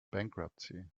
bankruptcy